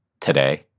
Today